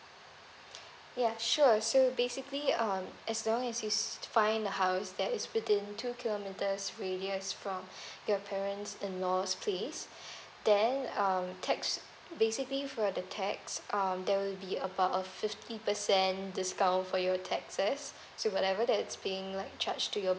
ya sure so basically um as long is to find a house that is within two kilometers radius from your parents in law's place then um tax basically for the tax um there will be about a fifty percent discount for your taxes so whatever that is paying like charge to your